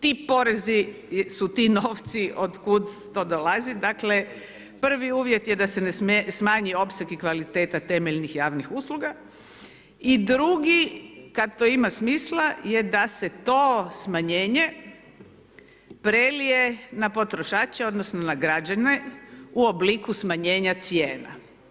Ti porezi su ti novci od kud to dolazi, dakle prvi uvjet je da se ne smanji opseg temeljnih javnih usluga i drugi kad to ima smisla da se to smanjenje prelije na potrošače odnosno na građana u obliku smanjenja cijena.